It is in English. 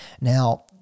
now